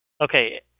Okay